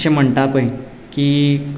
अशे म्हणटा पळय की